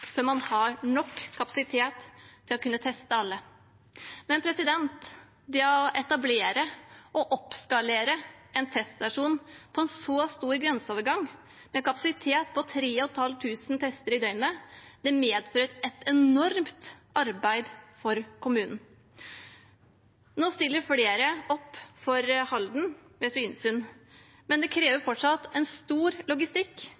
man har nok kapasitet til å kunne teste alle. Det å etablere og oppskalere en teststasjon på en så stor grenseovergang, med en kapasitet på 3 500 tester i døgnet, medfører et enormt arbeid for kommunen. Nå stiller flere opp for Halden ved Svinesund, men det kreves fortsatt mye logistikk